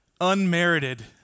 unmerited